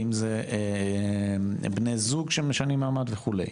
אם זה בני זוג שמשנים מעמד וכדומה,